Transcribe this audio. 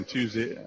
Tuesday